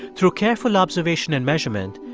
through careful observation and measurement,